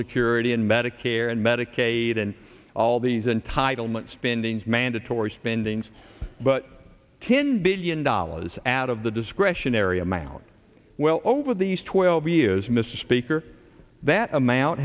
security and medicare and medicaid and all these entitlement spending is mandatory spending but ten billion dollars add of the discretionary amount well over these twelve years mr speaker that amount